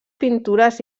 pintures